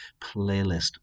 playlist